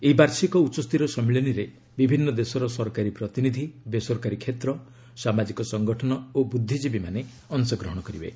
ଏହି ବାର୍ଷିକ ଉଚ୍ଚସ୍ତରୀୟ ସମ୍ମିଳନୀରେ ବିଭିନ୍ନ ଦେଶର ସରକାରୀ ପ୍ରତିନିଧି ବେସରକାରୀ କ୍ଷେତ୍ର ସାମାଜିକ ସଂଗଠନ ଓ ବୁଦ୍ଧିକୀବୀମାନେ ଅଂଶଗ୍ରହଣ କରିବେ